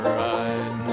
ride